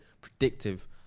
predictive